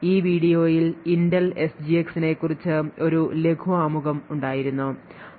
ഈ വീഡിയോയിൽ ഇന്റൽ എസ്ജിഎക്സിനെക്കുറിച്ച് ഒരു ലഘു ആമുഖം ഉണ്ടായിരുന്നു